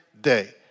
day